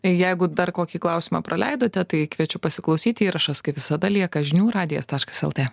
jeigu dar kokį klausimą praleidote tai kviečiu pasiklausyti įrašas kaip visada lieka žinių radijas taškas lt